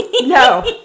no